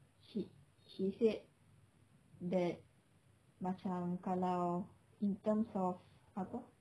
she she said that macam kalau in terms of apa